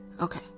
okay